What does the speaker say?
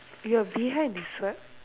your behind is what